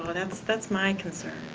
but that's that's my concern.